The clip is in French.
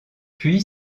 puis